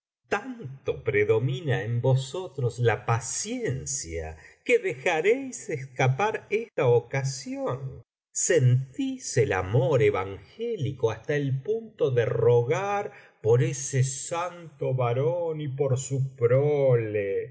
macb predomina en vosotros la paciencia que dejareis escapar esta ocasión sentís el amor evangélico hasta el punto de rogar por ese santo varón y por su prole